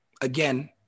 again